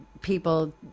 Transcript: people